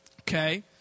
Okay